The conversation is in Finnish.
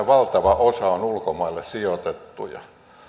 valtava osa on ulkomaille sijoitettuja